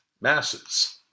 masses